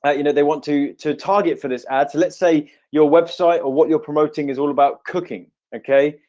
ah you know they want to to target for this ad so let's say your website, or what you're promoting is all about cooking okay?